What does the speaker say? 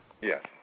yes